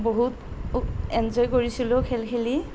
বহুত এনজয় কৰিছিলোঁ খেল খেলি